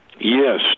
Yes